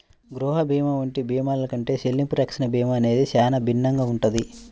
గృహ భీమా వంటి భీమాల కంటే చెల్లింపు రక్షణ భీమా అనేది చానా భిన్నంగా ఉంటది